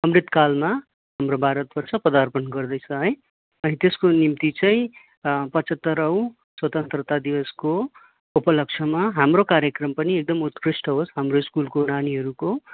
अमृत कालमा हाम्रो भारतवर्ष पदार्पण गर्दैछ है अनि त्यसको निम्ति चाहिँ पचहत्तरौँ स्वतन्त्रता दिवसको उपलक्ष्यमा हाम्रो कार्यक्रम पनि एकदमै उत्कृष्ट होस् हाम्रो स्कुलको नानीहरूको